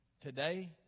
today